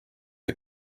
the